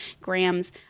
grams